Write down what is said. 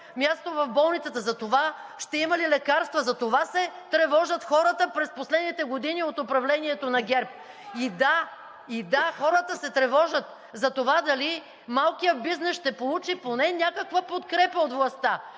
място в болницата, за това ще има ли лекарства. За това се тревожат хората през последните години от управлението на ГЕРБ. И да, хората се тревожат за това дали малкият бизнес ще получи поне някаква подкрепа от властта?